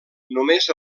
només